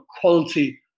quality